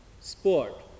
sport